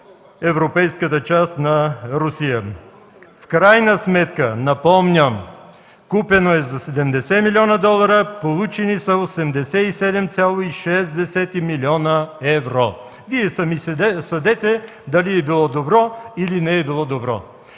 европейската част на Русия. В крайна сметка, напомням, купено е за 70 млн. долара, получени са 87,6 млн. евро. Вие сами съдете дали е било добро, или не е било добро.